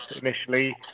initially